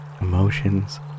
emotions